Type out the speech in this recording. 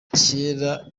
ryera